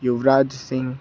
Yuvraj Singh